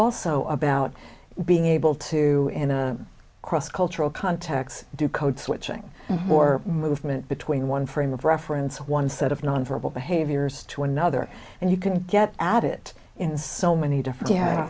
also about being able to in a cross cultural context do code switching more movement between one frame of reference one set of nonverbal behaviors to another and you can get at it in so many